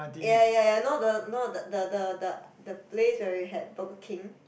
ya ya ya no the no the the the the place where we had Burger King